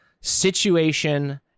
situation